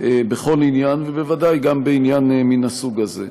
בכל עניין, ובוודאי גם בעניין מן הסוג הזה.